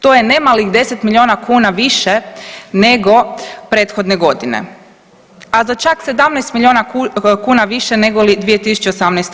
To je ne malih 10 milijuna kuna više nego prethodne godine, a za čak 17 milijuna kuna više negoli 2018.